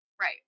Right